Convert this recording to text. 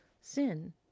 sin